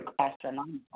Astronomical